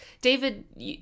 David